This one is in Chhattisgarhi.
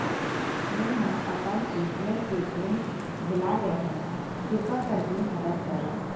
मेंहा अपन ए.टी.एम के पिन भुला गए हव, किरपा करके मदद करव